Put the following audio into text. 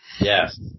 Yes